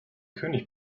könig